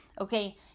Okay